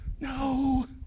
No